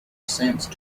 sense